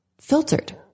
filtered